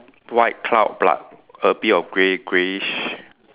white cloud but a bit of grey greyish